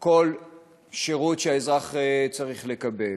כל שירות שהאזרח צריך לקבל.